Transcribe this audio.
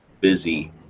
busy